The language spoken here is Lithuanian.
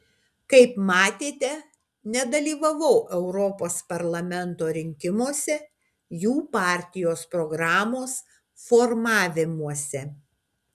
kaip matėte nedalyvavau europos parlamento rinkimuose jų partijos programos formavimuose